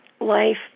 life